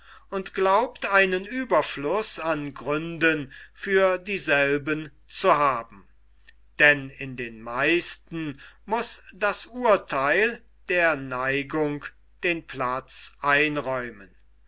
und glaubt einen ueberfluß an gründen für dieselben zu haben denn in den meisten muß das urtheil der neigung den platz einräumen